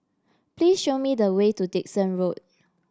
please show me the way to Dickson Road